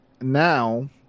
now